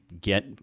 get